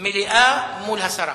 מליאה מול הסרה.